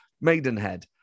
Maidenhead